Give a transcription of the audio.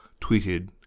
tweeted